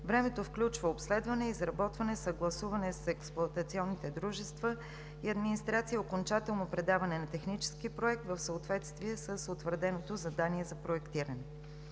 Времето включва обследване, изработване, съгласуване с експлоатационните дружества и администрация и окончателно предаване на технически проект в съответствие с утвърденото задание за проектиране.